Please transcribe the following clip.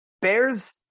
Bears